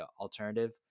alternative